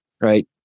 right